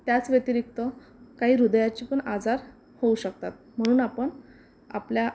त्याच व्यतिरिक्त काही हृदयाचे पण आजार होऊ शकतात म्हणून आपण आपल्या